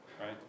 right